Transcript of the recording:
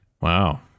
Wow